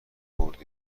برد